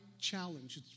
challenge